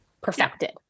perfected